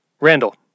Randall